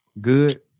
Good